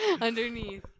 underneath